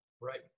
Right